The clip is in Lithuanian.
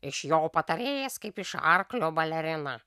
iš jo patarėjas kaip iš arklio balerina